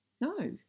No